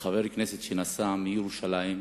כחבר כנסת שנסע מירושלים,